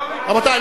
רבותי,